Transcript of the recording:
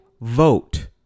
vote